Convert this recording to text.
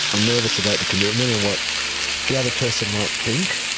i'm nervous about the commitment and what the other person might think,